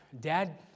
Dad